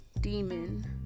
demon